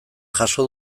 jaso